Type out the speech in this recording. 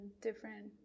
different